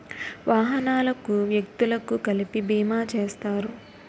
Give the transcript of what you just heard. వాహనాలకు వ్యక్తులకు కలిపి బీమా చేస్తారు